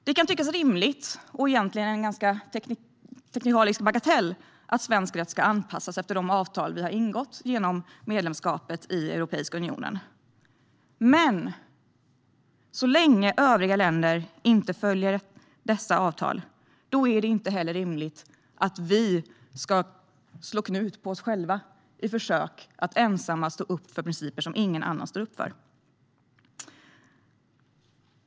Det kan tyckas rimligt - och det kan tyckas vara en bagatellartad teknikalitet - att svensk rätt ska anpassas efter de avtal som vi har ingått genom medlemskapet i Europeiska unionen. Men så länge som övriga länder inte följer dessa avtal är det inte rimligt att vi ska slå knut på oss själva i försök att ensamma stå upp för principer som ingen annan står upp för.